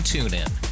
TuneIn